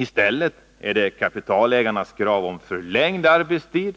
I stället stöder de kapitalägarnas krav på förlängd arbetstid